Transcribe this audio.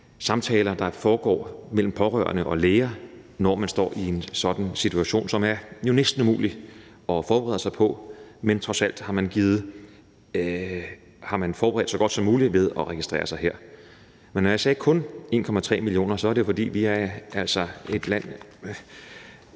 samtaler, der foregår mellem pårørende og læger, når man står i en sådan situation, som jo er næsten umulig at forberede sig på, men trods alt har man forberedt sig så godt som muligt ved at registrere sig her. Men når jeg sagde kun 1,3 millioner, så er det jo, fordi vi er et land